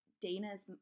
Dana's